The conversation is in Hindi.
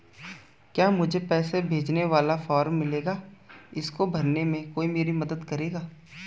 क्या मुझे पैसे भेजने वाला फॉर्म मिलेगा इसको भरने में कोई मेरी मदद करेगा?